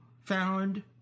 found